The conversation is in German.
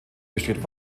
besteht